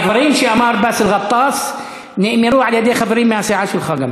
הדברים שאמר באסל גטאס נאמרו גם על-ידי חברים מהסיעה שלך.